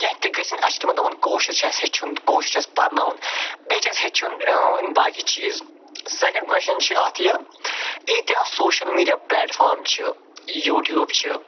کیٚنٛہہ تہِ گٔژھِن اَسہِ چھِ تِمن دَپُن کٲشُر چھِ اَسہِ ہیٚچھُن تہٕ کٲشُر چھُ اَسہِ پرناوُن بیٚیہِ چھِ اَسہِ ہیٚچھُن یِم باقی چیٖز سٮ۪کٮ۪نٛڈ کۄچھن چھِ اَتھ یہِ ییٖتیٛاہ سوشل میٖڈیا پلیٹفام چھِ یوٗٹیوب چھِ